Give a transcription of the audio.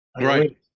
Right